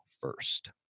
first